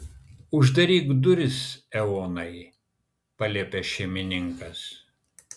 uždaryk duris eonai paliepė šeimininkas